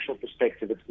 perspective